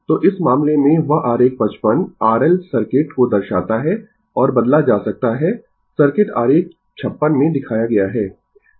Refer Slide Time 1909 तो इस मामले में वह आरेख 55 R L सर्किट को दर्शाता है और बदला जा सकता है सर्किट आरेख 56 में दिखाया गया है